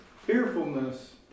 Fearfulness